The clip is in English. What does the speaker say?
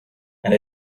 and